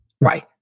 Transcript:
Right